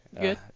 Good